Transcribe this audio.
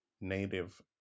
native